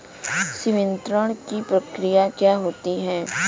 संवितरण की प्रक्रिया क्या होती है?